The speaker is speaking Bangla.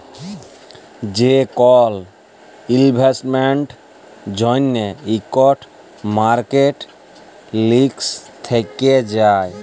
যে কল ইলভেস্টমেল্টের জ্যনহে ইকট মার্কেট রিস্ক থ্যাকে যায়